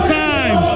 time